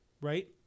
Right